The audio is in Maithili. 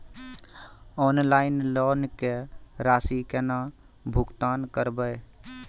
ऑनलाइन लोन के राशि केना भुगतान करबे?